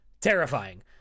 Terrifying